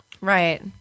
Right